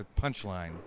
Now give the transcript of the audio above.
punchline